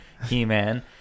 he-man